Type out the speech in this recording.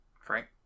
Frank